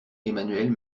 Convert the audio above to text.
emmanuelle